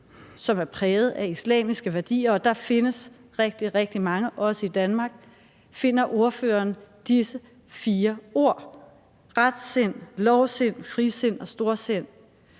som er præget af islamiske værdier, og der findes rigtig, rigtig mange, også i Danmark, finder ordføreren disse fire ord, nemlig retsind, lovsind, frisind og storsind?